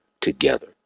together